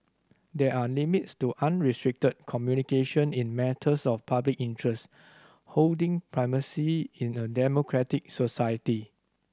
there are limits to unrestricted communication in matters of public interest holding primacy in a democratic society